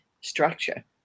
structure